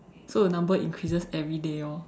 so the number increases everyday orh